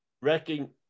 wrecking